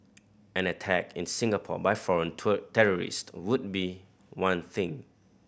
an attack in Singapore by foreign terrorist would be one thing